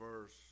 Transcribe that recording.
verse